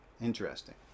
Interesting